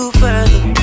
further